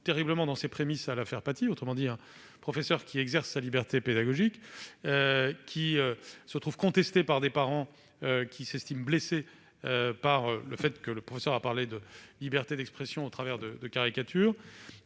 terriblement à l'affaire Paty : un professeur exerce sa liberté pédagogique et se trouve contesté par des parents qui s'estiment blessés par le fait que l'enseignant a parlé de liberté d'expression au travers de caricatures.